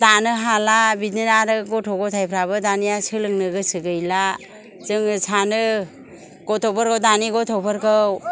दानो हाला बिदिनो आरो गथ' गथायफ्राबो दानिया सोलोंनो गोसो गैला जोङो सानो गथ'फोरखौ दानि गथ'फोरखौ